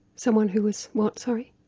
someone who is what, sorry?